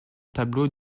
tableau